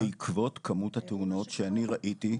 בעקבות כמות התאונות שראיתי,